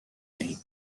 دهیم